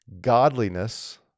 godliness